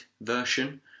version